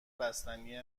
بستنی